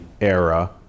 era